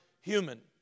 human